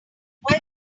why